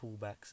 pullbacks